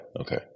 okay